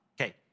Okay